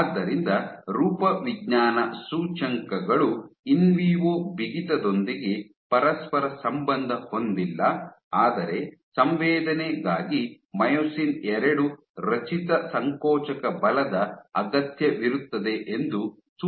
ಆದ್ದರಿಂದ ಈ ರೂಪವಿಜ್ಞಾನ ಸೂಚ್ಯಂಕಗಳು ಇನ್ವಿವೊ ಬಿಗಿತದೊಂದಿಗೆ ಪರಸ್ಪರ ಸಂಬಂಧ ಹೊಂದಿಲ್ಲ ಆದರೆ ಸಂವೇದನೆಗಾಗಿ ಮೈಯೋಸಿನ್ II ರಚಿತ ಸಂಕೋಚಕ ಬಲದ ಅಗತ್ಯವಿರುತ್ತದೆ ಎಂದು ಸೂಚಿಸುತ್ತದೆ